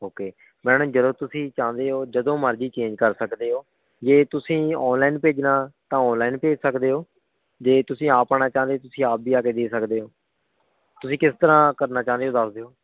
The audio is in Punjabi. ਓਕੇ ਮੈਡਮ ਜਦੋਂ ਤੁਸੀਂ ਚਾਹੁੰਦੇ ਹੋ ਜਦੋਂ ਮਰਜ਼ੀ ਚੇਂਜ ਕਰ ਸਕਦੇ ਹੋ ਜੇ ਤੁਸੀਂ ਔਨਲਾਈਨ ਭੇਜਣਾ ਤਾਂ ਔਨਲਾਈਨ ਭੇਜ ਸਕਦੇ ਹੋ ਜੇ ਤੁਸੀਂ ਆਪ ਆਉਣਾ ਚਾਹੁੰਦੇ ਤੁਸੀਂ ਆਪ ਵੀ ਆ ਕੇ ਦੇ ਸਕਦੇ ਹੋ ਤੁਸੀਂ ਕਿਸ ਤਰ੍ਹਾਂ ਕਰਨਾ ਚਾਹੁੰਦੇ ਹੋ ਦੱਸ ਦਿਓ